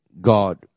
God